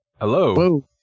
hello